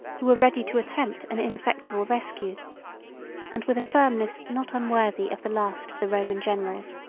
who were ready to attempt an ineffectual rescue and, with a firmness not unworthy of the last of the roman generals,